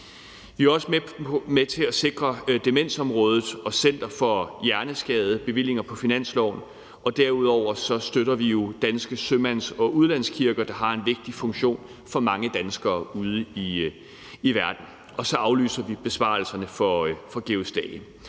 Vi er også med til at sikre demensområdet og Center for Hjerneskade bevillinger på finansloven, og derudover støtter vi jo Danske Sømands- og Udlandskirker, der har en vigtig funktion for mange danskere ude i verden, og så aflyser vi besparelserne for »Georg